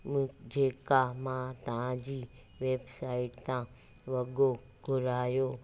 मूं जेका मां तव्हांजी वेबसाइट तां वॻो घुरायो